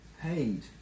paid